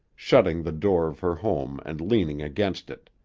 shutting the door of her home and leaning against it.